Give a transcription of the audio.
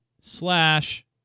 slash